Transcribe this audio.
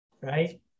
right